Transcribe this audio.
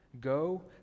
Go